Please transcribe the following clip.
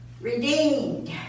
redeemed